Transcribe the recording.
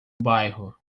bairro